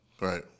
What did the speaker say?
Right